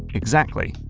exactly,